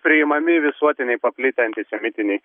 priimami visuotiniai paplitę antisemitiniai